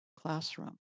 classroom